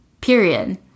period